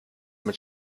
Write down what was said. mit